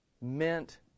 meant